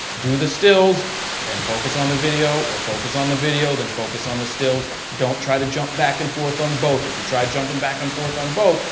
do the stills and focus on the video or focus on the video, then focus on the stills. don't try to jump back and forth on both. if you try jumping back and forth on both,